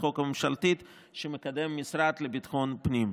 החוק הממשלתית שמקדם המשרד לביטחון פנים.